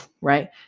right